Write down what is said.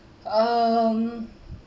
um